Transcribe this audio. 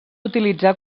utilitzar